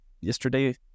yesterday